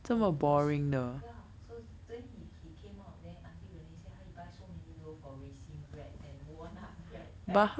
come those ya so then he he came out then auntie renee say !huh! you buy so many loaf of raisin bread and walnut bread back